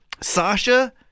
Sasha